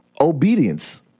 Obedience